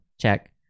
Check